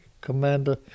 commander